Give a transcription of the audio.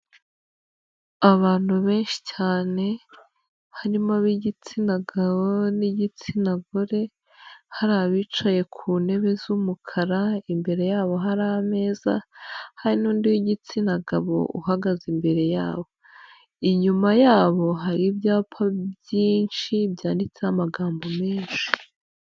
Abantu benshi cyane harimo abigitsina gabo n'igitsina gore, hari abicaye ku ntebe z'umukara imbere yabo hari ameza, hari n'undi w'igitsina gabo uhagaze imbere yabo, inyuma yabo hari ibyapa byinshi byanditseho amagambo menshi.